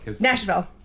Nashville